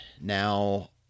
Now